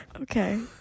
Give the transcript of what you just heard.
Okay